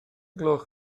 gloch